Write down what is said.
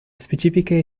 specifiche